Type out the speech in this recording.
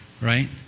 right